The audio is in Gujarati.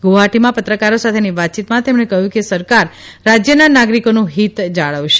ગુવાહાટીમાં પત્રકારો સાથેની વાતચીતમાં તેમણે કહ્યું કે સરકાર રાજયના નાગરિકોનું હીત જાળવશે